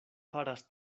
faras